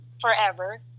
forever